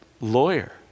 lawyer